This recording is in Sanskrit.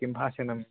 किं भाषणम्